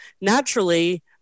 naturally